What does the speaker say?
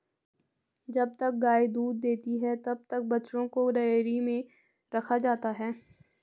जब तक गाय दूध देती है तब तक बछड़ों को डेयरी में रखा जाता है